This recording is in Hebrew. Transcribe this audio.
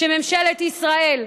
שממשלת ישראל,